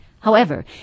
However